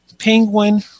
Penguin